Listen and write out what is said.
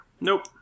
nope